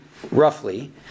roughly